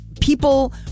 people